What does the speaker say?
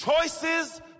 Choices